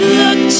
look